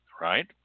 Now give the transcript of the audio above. right